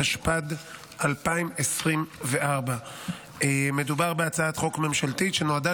התשפ"ד 2024. מדובר בהצעת חוק ממשלתית שנועדה